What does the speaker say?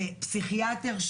בפסיכיאטר,